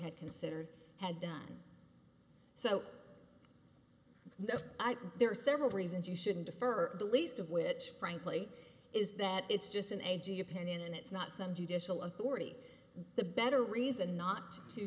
had considered had done so there are several reasons you shouldn't defer the least of which frankly is that it's just an aging opinion and it's not some judicial authority the better reason not to